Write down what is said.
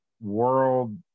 world